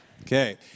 Okay